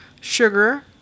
sugar